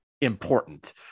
important